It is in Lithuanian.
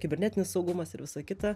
kibernetinis saugumas ir visą kita